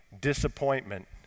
disappointment